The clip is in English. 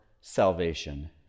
salvation